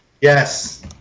Yes